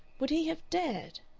would he have dared.